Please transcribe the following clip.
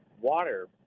water